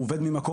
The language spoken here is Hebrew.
הוא עובד ממקום